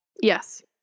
Yes